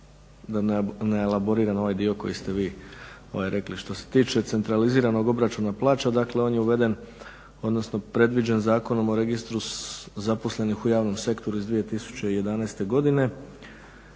da ne elaboriram ovaj dio koji ste vi rekli. Što se tiče centraliziranog obračuna plaća dakle on je uveden, odnosno predviđen Zakonom o registru zaposlenih u javnom sektoru iz 2011. godine.